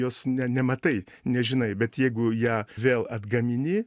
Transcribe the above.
jos ne nematai nežinai bet jeigu ją vėl atgamini